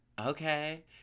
Okay